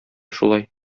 шулай